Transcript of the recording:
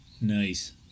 Nice